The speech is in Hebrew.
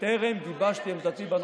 אתה קנית שעון רולקס,